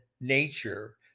nature